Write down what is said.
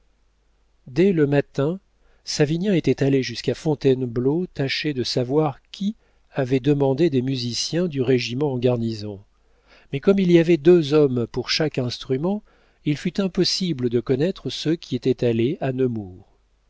dès le matin savinien était allé jusqu'à fontainebleau tâcher de savoir qui avait demandé des musiciens du régiment en garnison mais comme il y avait deux hommes pour chaque instrument il fut impossible de connaître ceux qui étaient allés à